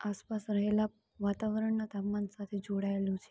આસપાસ રહેલાં વાતાવરણનાં તાપમાન સાથે જોડાયેલું છે